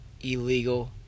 illegal